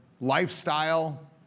lifestyle